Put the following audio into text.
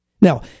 Now